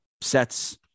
sets